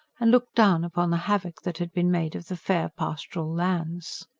and looked down upon the havoc that had been made of the fair, pastoral lands.